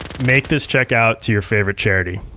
make this check out to your favorite charity.